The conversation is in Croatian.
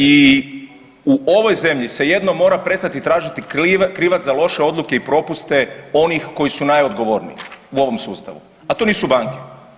I u ovoj zemlji se jednom mora prestati tražiti krivac za loše odluke i propuste onih koji su najodgovorniji u ovom sustavu, a to nisu banke.